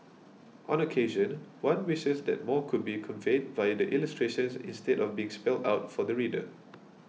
on occasion one wishes that more could be conveyed via the illustrations instead of being spelt out for the reader